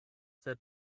sed